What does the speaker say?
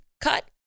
cut